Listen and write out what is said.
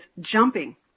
jumping